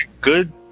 good